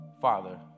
Father